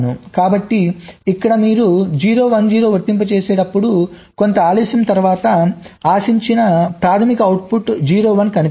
కాబట్టి ఇక్కడ మీరు 0 1 0 ను వర్తింపజేసినప్పుడు కొంత ఆలస్యం తర్వాత ఆశించిన ప్రాధమిక అవుట్పుట్ 0 1 కనిపిస్తుంది